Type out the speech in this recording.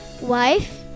wife